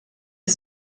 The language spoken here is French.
est